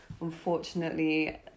unfortunately